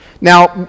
Now